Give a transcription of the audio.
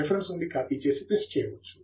reference నుండి copy చేసి paste చేయవచ్చు